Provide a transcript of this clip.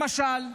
למשל,